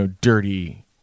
dirty